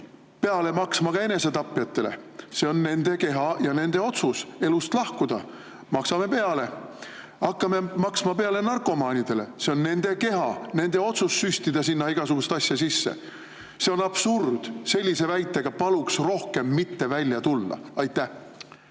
peale maksma ka enesetapjatele. See on nende keha ja nende otsus elust lahkuda – maksame peale! Hakkame maksma peale narkomaanidele, see on nende keha, nende otsus süstida sinna igasuguseid asju sisse. See on absurd! Sellise väitega paluks rohkem mitte välja tulla. Aitäh,